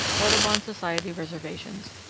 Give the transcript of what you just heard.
audubon society reservations.